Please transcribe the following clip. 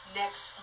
next